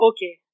Okay